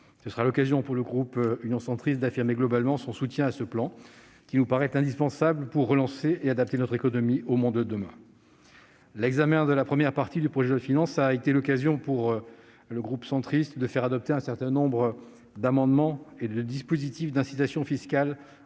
Ce sera l'occasion, pour le groupe Union Centriste, d'affirmer globalement son soutien à ce plan, qui lui paraît indispensable pour relancer notre économie et l'adapter au monde de demain. L'examen de la première partie du projet de loi de finances a permis à notre groupe de faire adopter un certain nombre d'amendements et de dispositifs d'incitation fiscale